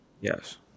Yes